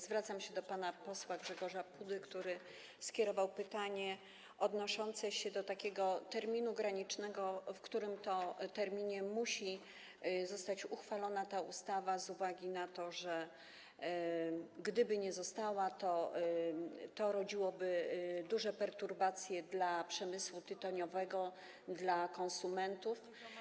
Zwracam się do pana posła Grzegorza Pudy, który zadał pytanie dotyczące terminu granicznego, w którym to terminie musi zostać uchwalona ta ustawa z uwagi na to, że gdyby nie została, to rodziłoby to duże perturbacje dla przemysłu tytoniowego, dla konsumentów.